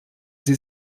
sie